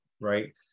right